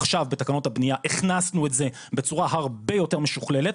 עכשיו בתקנות הבנייה הכנסנו את זה בצורה הרבה יותר משוכללת,